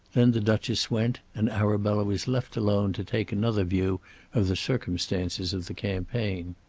then the duchess went, and arabella was left alone to take another view of the circumstances of the campaign.